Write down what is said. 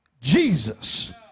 Jesus